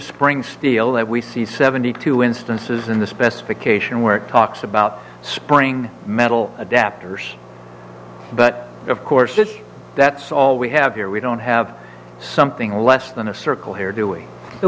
spring steel that we see seventy two instances in the specification where it talks about spring metal adapters but of course just that's all we have your we don't have something less than a circle here doing the